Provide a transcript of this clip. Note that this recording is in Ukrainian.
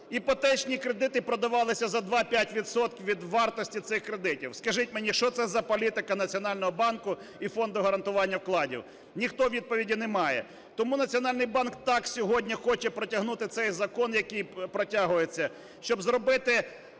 Іпотечні кредити продавалися на 2-5 відсотків від вартості цих кредитів. Скажіть мені, що це за політика Національного банку і Фонду гарантування вкладів? Ніхто відповіді не має. Тому Національний банк так сьогодні хоче протягнути цей закон, який протягується, щоб зробити